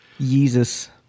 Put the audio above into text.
Jesus